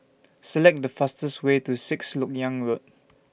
Select The fastest Way to Sixth Lok Yang Road